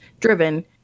driven